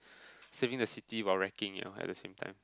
saving the city while wrecking it out at the same time